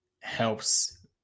helps